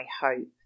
hope